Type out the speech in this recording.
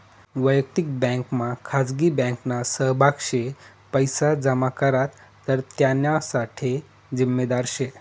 वयक्तिक बँकमा खाजगी बँकना सहभाग शे पैसा जमा करात तर त्याना साठे जिम्मेदार शे